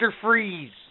Freeze